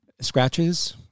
scratches